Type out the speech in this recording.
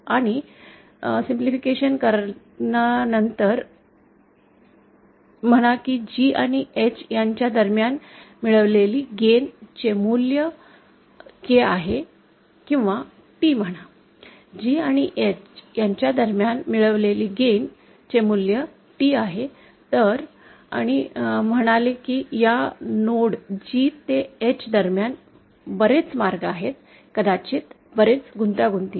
आणि सरली करणा नंतर म्हणा की G आणि H यांच्या दरम्यान मिळवलेले गेन चे मूल्य K आहे किंवा T म्हणा G आणि H यांच्या दरम्यान मिळवलेले गेन चे मूल्य T आहे तर आणि म्हणाले की या नोड G ते H दरम्यान बरेच मार्ग आहेत कदाचित बरेच गुंतागुंत चे